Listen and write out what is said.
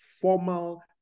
formal